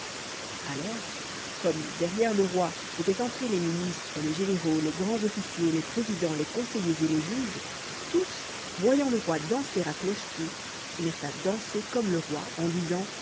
alors comme derrière le roi étaient entrés les ministres les généraux les grands officiers les présidents les conseillers et les juges tous voyant le roi danser à cloche-pied se mirent à danser comme le roi en disant